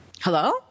Hello